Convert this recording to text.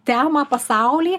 temą pasaulį